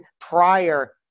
prior